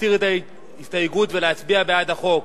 להסיר את ההסתייגות ולהצביע בעד החוק.